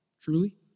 truly